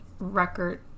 record